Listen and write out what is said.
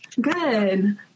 Good